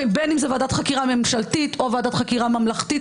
בין אם זה ועדת חקירה ממשלתית או ועדת חקירה ממלכתית,